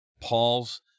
Paul's